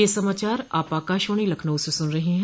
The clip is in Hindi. ब्रे क यह समाचार आप आकाशवाणी लखनऊ से सुन रहे हैं